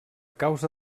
causa